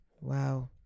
Wow